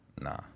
Nah